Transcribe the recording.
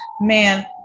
Man